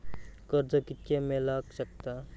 कर्ज कितक्या मेलाक शकता?